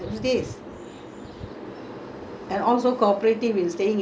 ah so all these children were so good those days